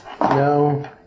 No